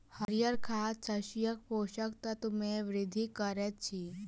हरीयर खाद शस्यक पोषक तत्व मे वृद्धि करैत अछि